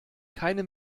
keine